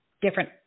different